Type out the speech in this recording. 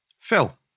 Phil